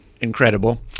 incredible